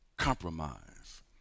Compromise